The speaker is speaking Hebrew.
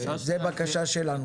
זו בקשה שלנו .